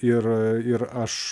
ir ir aš